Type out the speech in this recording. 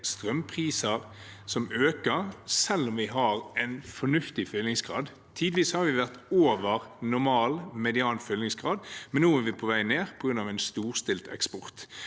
strømpriser som øker, selv om vi har en fornuftig fyllingsgrad. Tidvis har vi vært over normal median fyllingsgrad, men nå er vi på vei ned på grunn av en storstilt eksport.